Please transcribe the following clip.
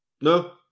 No